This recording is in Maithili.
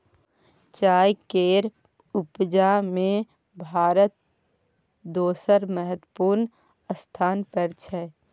चाय केर उपजा में भारत दोसर महत्वपूर्ण स्थान पर छै